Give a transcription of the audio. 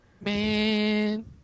Man